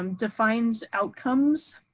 um defines outcomes